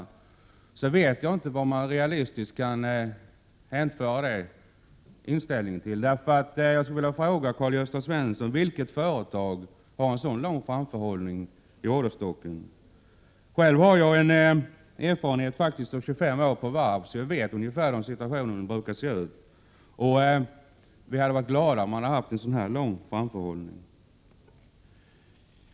1987/88:131 realistiskt kan motivera den inställningen. Jag vill fråga Karl-Gösta Svenson: 1 juni 1988 Vilket företag har en så lång framförhållning när det gäller orderstocken? Själv har jag erfarenhet från 25 år på varv, så jag vet ungefär hur situationen brukar se ut. Vi hade varit glada om vi hade haft en så här lång framförhållning.